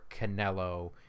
Canelo